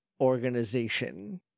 organization